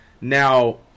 Now